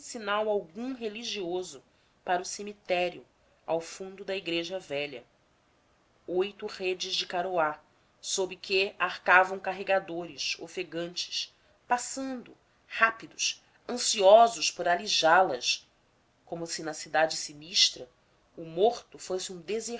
sinal algum religioso para o cemitério ao fundo da igreja velha oito redes de caroá sob que arcavam carregadores ofegantes passando rápidos ansiosos por alijá las como se na cidade sinistra o morto fosse um